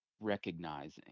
recognizing